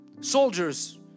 Soldiers